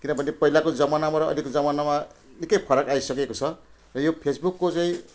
किनभने पहिलाको जमानामा र अहिलेको जमानामा निकै फरक आइसकेको छ र यो फेसबुकको चाहिँ